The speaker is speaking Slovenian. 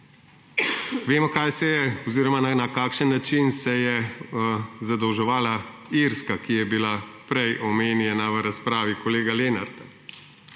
Vemo, kaj se je oziroma na kakšen način se je zadolževala Irska, ki je bila prej omenjena v razpravi kolega Lenarta,